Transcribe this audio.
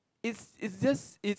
is is just is